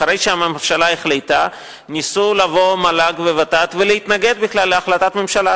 אחרי שהממשלה החליטה ניסו לבוא מל"ג וות"ת ולהתנגד להחלטת הממשלה,